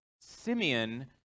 Simeon